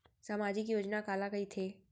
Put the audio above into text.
सामाजिक योजना काला कहिथे?